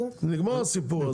נגמר הסיפור הזה,